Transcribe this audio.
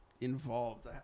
involved